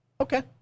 Okay